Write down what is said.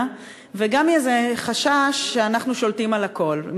וגם מאיזה חשש שאנחנו שולטים על הכול,